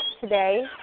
today